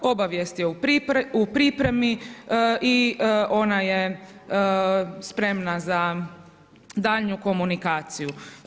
Obavijest je u pripremi i ona je spremna za daljnju komunikaciju.